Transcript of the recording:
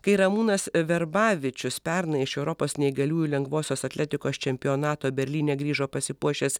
kai ramūnas verbavičius pernai iš europos neįgaliųjų lengvosios atletikos čempionato berlyne grįžo pasipuošęs